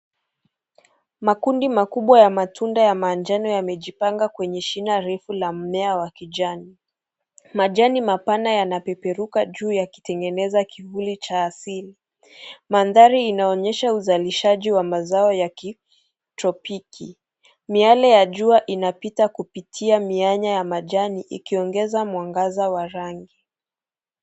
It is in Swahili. Makundi makubwa ya matunda ya manjano yamejipanga kwenye shina refu la mmea ya kijani. Majani mapana yanapeperuka juu yakitengeneza kivuli ya asili. Mandhari yanaonyesha uzalishaji wa mazao ya kitropiki. Miale ya jua inapita, kupitia mianya ya majani ikiongeza mwangaza ya rangi.